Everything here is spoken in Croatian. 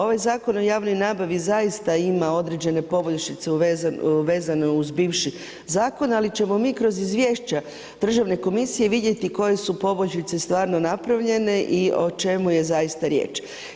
Ovaj Zakon o javnoj nabavi zaista ima određene poboljšice vezane uz bivši zakon ali ćemo mi kroz izvješća državne komisije vidjeti koje su poboljšice stvarno napravljene i o čemu je zaista riječ.